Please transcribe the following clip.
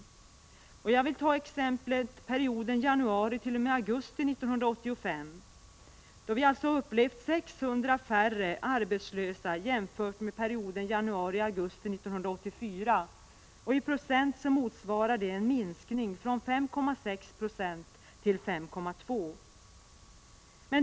Låt mig som exempel på denna anföra perioden januariaugusti 1985, då vi haft 600 färre arbetslösa jämfört med perioden januariaugusti 1984, en procentuell minskning från 5,6 9o till 5,2 90.